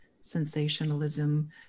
sensationalism